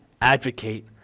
Advocate